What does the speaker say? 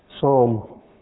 Psalm